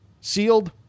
sealed